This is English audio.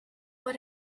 what